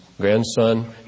grandson